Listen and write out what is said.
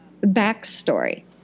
backstory